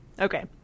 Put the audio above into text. Okay